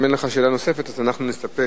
אם אין לך שאלה נוספת אז אנחנו נסתפק.